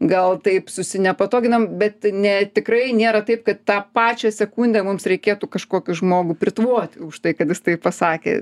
gal taip susinepatoginam bet ne tikrai nėra taip kad tą pačią sekundę mums reikėtų kažkokį žmogų pritvoti už tai kad jis taip pasakė